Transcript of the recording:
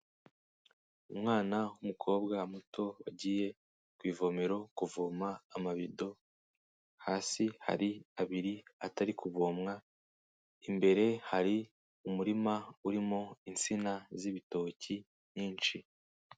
Umwana w'umukobwa muto wagiye ku ivomero kuvoma amabido, hasi hari abiri atari kuvomwa, imbere hari umurima urimo insina z'ibitoki nyinshi.